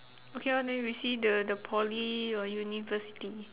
okay lor then we see the the poly or university